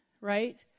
right